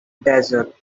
desert